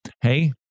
Hey